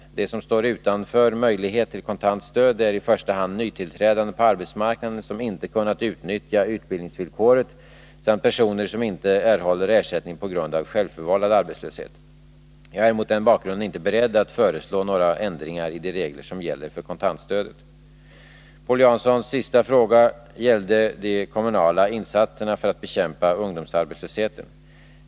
De som står utanför mölighet til kontant stöd är i första hand nytillträdande på arbetsmarknaden som inte kunna utnyttja utbildningsvillkoret samt personer som inte erhåller ersättning på grund av självförvållad arbetslöshet. Jag är mot den bakgrunden inte beredd att föreslå några ändringar i de regler som gäller för kontantstödet. Paul Janssons sista fråga gällde de kommunala insatserna för att bekämpa ungdomsarbetslösheten.